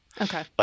Okay